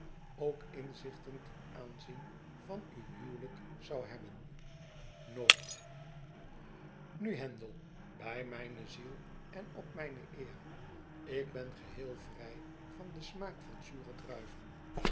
ook inzichten ten aanzien van uw huwelijk zou hebben nooit nu handel bij mijne ziel en op mijne eer ik ben geheel vrij van den smaak van zure druiven